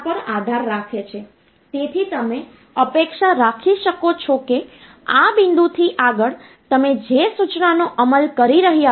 મૂળભૂત રીતે જો મારી પાસે 2 સંખ્યાઓ હોય તો કહો કે 1 0 1 1 અને કહો કે 0 1 0 1